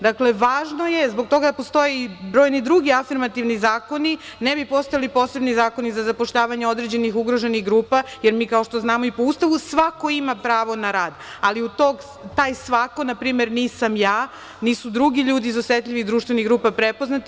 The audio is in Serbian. Dakle, važno je, zbog toga da postoje brojni drugi afirmativni zakoni, ne bi postojali posebni zakoni za zapošljavanje određenih ugroženih grupa, jer mi kao što znamo i po Ustavu svako ima pravo na rad, ali taj svako npr. nisam ja, nisu drugi ljudi iz osetljivih društvenih grupa prepoznati.